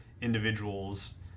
individuals